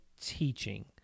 teaching